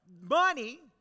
Money